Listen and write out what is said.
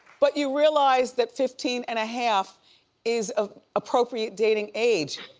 but you realize that fifteen and a half is of appropriate dating age.